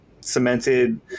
cemented